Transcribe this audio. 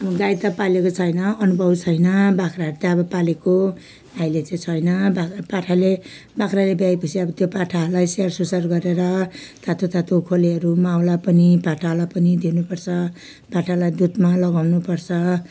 अब गाई त पालिएको छैन अनुभव छैन बाख्राहरू चाहिँ अब पालेको अहिले चाहिँ छैन बाख्रा पाठाले बाख्राले ब्यायोपछि अब त्यो पाठाहरूलाई स्याहारसुसार गरेर तातोतातो खोलेहरू माउलाई पनि पाठाहरूलाई पनि दिनुपर्छ पाठालाई दुधमा लगाउनुपर्छ